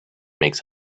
makes